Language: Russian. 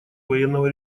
военного